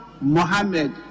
Mohammed